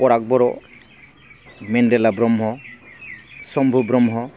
फराग बर' मेन्देला ब्रह्म समबु ब्रह्म